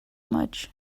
much